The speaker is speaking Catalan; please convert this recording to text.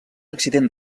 accident